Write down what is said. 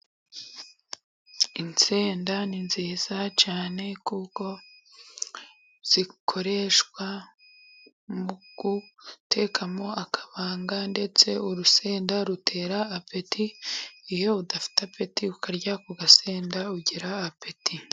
Insenda ni nziza cyane kuko zikoreshwa mu gutekamo akabanga, ndetse urusenda rutera apeti, iyo udafite apeti ukarya ku gasenda ugira apeti.